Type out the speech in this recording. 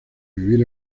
vivir